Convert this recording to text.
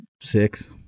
Six